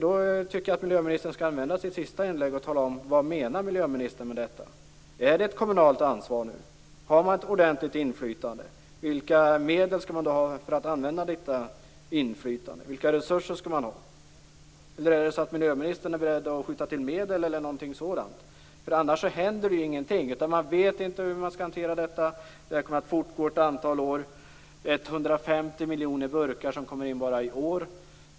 Då tycker jag att miljöministern skall använda sitt sista inlägg till att tala om vad miljöministern menar med detta. Är det ett kommunalt ansvar? Har man ett ordentligt inflytande? Vilka medel skall man ha för att använda detta inflytande? Vilka resurser skall man ha? Är miljöministern beredd att skjuta till medel eller något sådant? Annars händer ingenting. Man vet inte hur man skall hantera detta. Det kommer att fortgå ett antal år. Det kommer in 150 miljoner burkar bara i år.